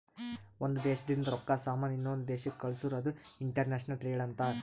ಒಂದ್ ದೇಶದಿಂದ್ ರೊಕ್ಕಾ, ಸಾಮಾನ್ ಇನ್ನೊಂದು ದೇಶಕ್ ಕಳ್ಸುರ್ ಅದು ಇಂಟರ್ನ್ಯಾಷನಲ್ ಟ್ರೇಡ್ ಅಂತಾರ್